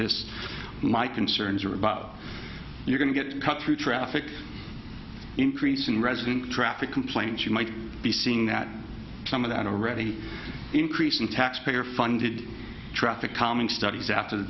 this my concerns are about you're going to get cut through traffic increasing resident traffic complaints you might be seeing that some of that already increase in taxpayer funded traffic calming studies after the